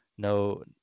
no